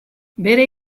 bere